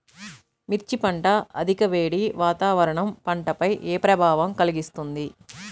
మిర్చి పంట అధిక వేడి వాతావరణం పంటపై ఏ ప్రభావం కలిగిస్తుంది?